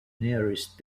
nearest